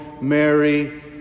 Mary